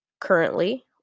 currently